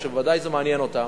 או שוודאי זה מעניין אותם,